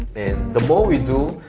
and the more we do,